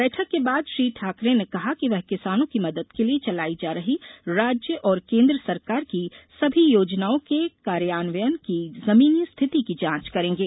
बैठक के बाद श्री ठाकरे ने कहा कि वे किसानों की मदद के लिए चलाई जा रही राज्य और केंद्र सरकार की सभी योजनाओं के कार्यान्वयन की जमीनी स्थिति की जांच करेंगे